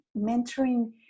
mentoring